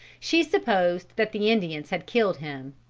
she supposed that the indians had killed him.